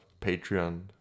patreon